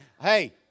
hey